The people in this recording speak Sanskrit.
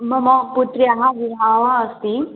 मम पुत्र्याः विवाहः अस्ति